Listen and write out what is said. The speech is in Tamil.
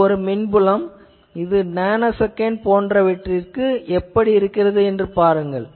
இது மின்புலம் இது நேனோ செகன்ட் போன்றவற்றிற்கு எப்படி இருக்கிறது என்று பாருங்கள்